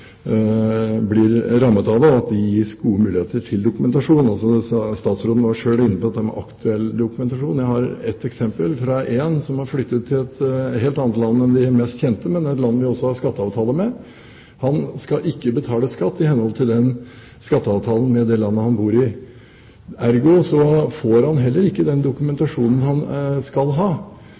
blir rammet av dette, og at det gis gode muligheter for dokumentasjon. Statsråden var selv inne på aktuell dokumentasjon. Jeg har ett eksempel, fra en som har flyttet til et helt annet land enn de mest kjente, men et land vi har skatteavtale med. Han skal ikke betale skatt i henhold til skatteavtalen med det landet han bor i, ergo får han heller ikke den dokumentasjonen han skal ha.